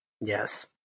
Yes